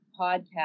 podcast